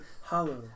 hollow